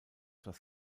das